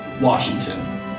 Washington